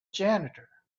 janitor